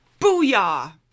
Booyah